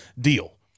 deal